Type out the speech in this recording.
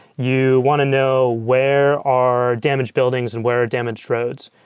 you want to know where are damage buildings and where are damaged roads,